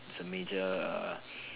is a major err